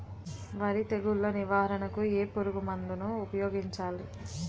వరి తెగుల నివారణకు ఏ పురుగు మందు ను ఊపాయోగించలి?